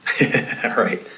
right